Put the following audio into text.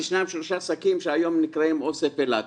שניים-שלושה שקים שהיום נקראים אוסף אילת.